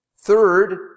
Third